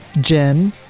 Jen